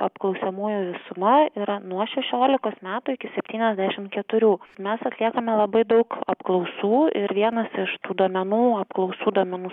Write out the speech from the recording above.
apklausiamųjų visuma yra nuo šešiolikos metų iki septyniasdešimt keturių mes atliekame labai daug apklausų ir vienas iš tų duomenų apklausų duomenų